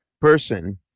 person